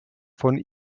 von